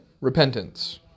repentance